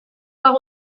pas